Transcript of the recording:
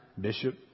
bishop